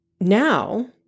Now